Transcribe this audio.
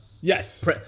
Yes